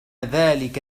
ذلك